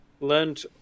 learned